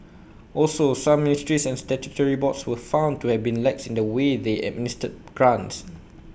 also some ministries and statutory boards were found to have been lax in the way they administered grants